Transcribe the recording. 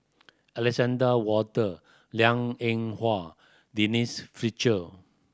Alexander Wolter Liang Eng Hwa Denise Fletcher